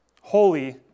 holy